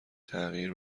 تغییر